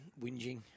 whinging